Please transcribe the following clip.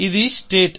ఇది స్టేట్